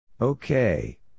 Okay